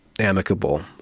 Amicable